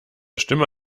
stimme